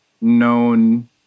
known